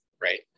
right